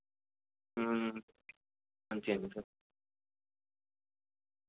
हां जी हां जी सर